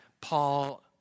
Paul